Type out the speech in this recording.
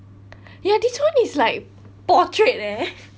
ya this one is like portrait eh